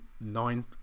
nine